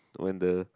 when the